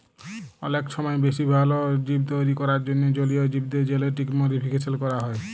অলেক ছময় বেশি ভাল জীব তৈরি ক্যরার জ্যনহে জলীয় জীবদের জেলেটিক মডিফিকেশল ক্যরা হ্যয়